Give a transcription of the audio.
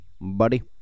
Buddy